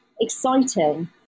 exciting